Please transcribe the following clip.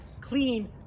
clean